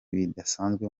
bidasanzwe